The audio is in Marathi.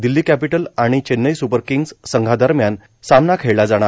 दिल्ली कॅपिटल आणि चेन्नई स्पर किंग्ज संघादरम्यान खेळला जाणार